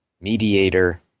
mediator